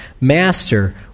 Master